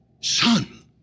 Son